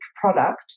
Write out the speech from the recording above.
product